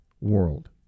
world